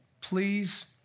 Please